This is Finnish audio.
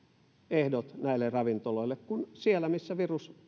ehdot näille ravintoloille kuin siellä missä virus